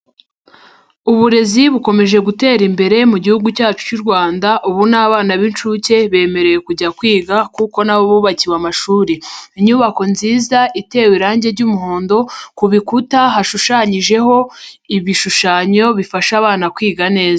Uburezi bukomeje gutera imbere mu gihugu cyacu cy'u Rwanda, ubu ni abana b'inshuke bemerewe kujya kwiga kuko nabo bubakiwe amashuri. Inyubako nziza iterawe irangi ry'umuhondo, ku bikuta hashushanyijeho ibishushanyo bifasha abana kwiga neza.